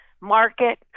market